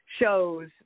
shows